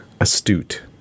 Astute